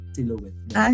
Silhouette